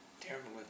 Terrible